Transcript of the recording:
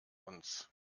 uns